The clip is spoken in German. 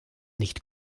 nicht